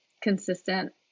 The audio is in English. consistent